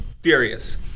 Furious